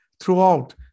throughout